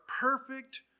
perfect